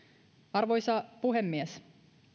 arvoisa puhemies